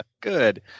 Good